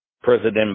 President